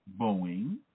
boeing